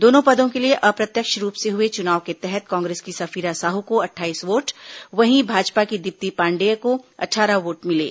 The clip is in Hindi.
दोनों पदों के लिए अप्रत्यक्ष रूप से हुए चुनाव के तहत कांग्रेस की सफिरा साहू को अट्ठाईस वोट वहीं भाजपा की दीप्ति पांडेय को अट्ठारह वोट मिले